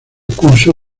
curso